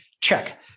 check